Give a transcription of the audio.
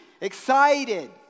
excited